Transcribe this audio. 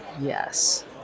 Yes